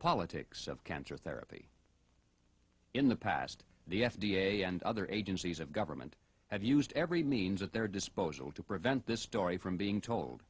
politics of cancer therapy in the past the f d a and other agencies of government have used every means at their disposal to prevent this story from being told